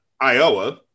Iowa